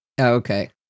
Okay